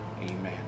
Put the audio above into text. Amen